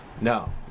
no